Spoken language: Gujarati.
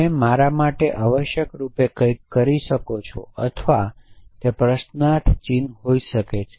તમે મારા માટે આવશ્યકરૂપે કંઈક કરી શકો છો અથવા તે પ્રશ્નાર્થ ચિહ્ન હોઈ શકે છે